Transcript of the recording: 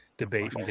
debate